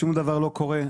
שום דבר לא קורה,